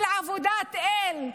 של עבודת אל,